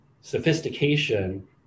sophistication